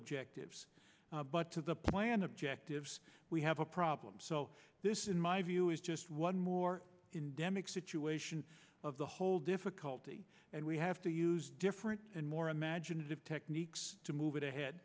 objectives but to the plan objectives we have a problem so this in my view is just one more in demick situation of the whole difficulty and we have to use different and more imaginative techniques to move it ahead